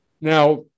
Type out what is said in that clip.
Now